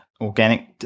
organic